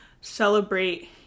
celebrate